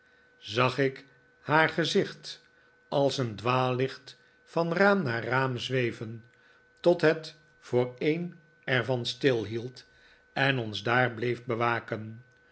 zag ik haar gezicht als een dwaallicht van raam naar raam zweveh tot het voor een er van stilhield en ons daar bleef bewaken